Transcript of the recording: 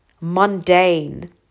mundane